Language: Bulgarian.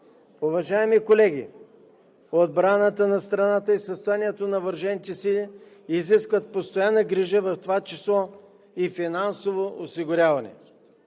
Уважаеми колеги, отбраната на страната и състоянието на въоръжените сили изискват постоянна грижа, в това число и финансово осигуряване.